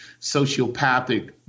sociopathic